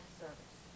service